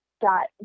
dot